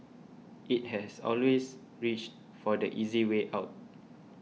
it has always reached for the easy way out